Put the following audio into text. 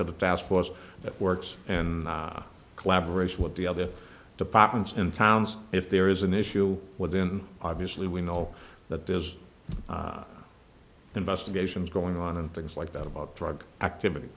of the fast force that works in collaboration with the other departments in towns if there is an issue within obviously we know that there is investigations going on and things like that about drug activity